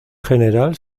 general